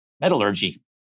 Metallurgy